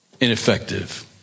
ineffective